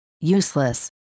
Useless